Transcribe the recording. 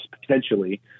potentially